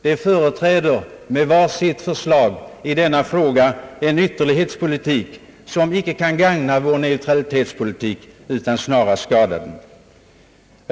De företräder med sina förslag var på sitt sätt en ytterlighetspolitik som icke kan gagna vår neutralitetspolitik men väl skada den.